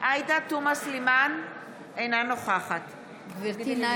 אינה נוכחת גברתי,